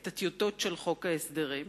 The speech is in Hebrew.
את הטיוטות של חוק ההסדרים,